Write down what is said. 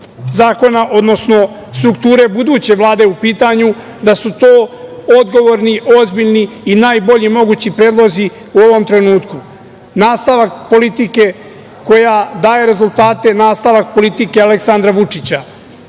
zakona, odnosno struktura buduće Vlade u pitanju, da su to odgovorni, ozbiljni i najbolji mogući predlozi u ovom trenutku. Nastavak politike koja daje rezultate je nastavak politike Aleksandra Vučića.